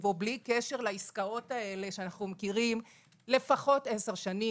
או בלי קשר לעסקאות האלה שאנחנו מכירים לפחות 10 שנים.